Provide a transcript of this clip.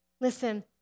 Listen